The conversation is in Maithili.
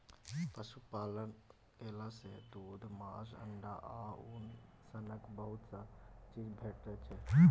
पशुपालन केला सँ दुध, मासु, अंडा आ उन सनक बहुत रास चीज भेटै छै